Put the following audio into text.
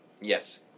Yes